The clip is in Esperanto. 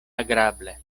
agrable